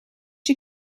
you